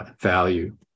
value